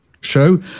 show